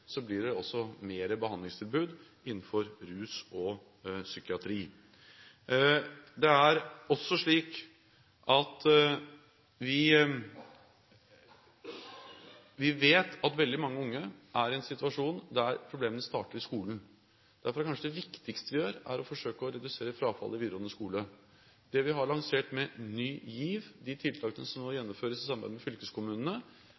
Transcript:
blir det også mer behandlingstilbud innenfor rus og psykiatri. Vi vet også at veldig mange unge er i en situasjon der problemene starter i skolen. Derfor er kanskje det viktigste vi gjør, å forsøke å redusere frafallet i videregående skole. Det vi har lansert med Ny GIV – de tiltakene som nå